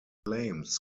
flames